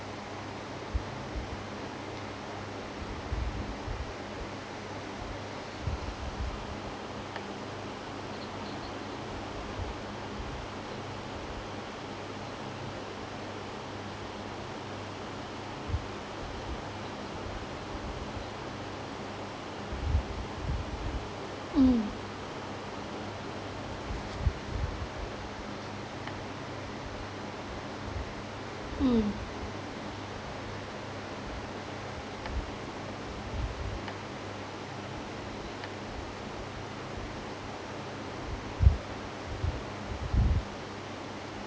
mm mm